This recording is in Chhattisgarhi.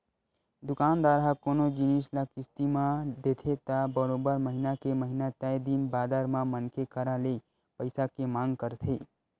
दुकानदार ह कोनो जिनिस ल किस्ती म देथे त बरोबर महिना के महिना तय दिन बादर म मनखे करा ले पइसा के मांग करथे